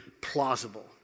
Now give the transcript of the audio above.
plausible